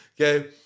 Okay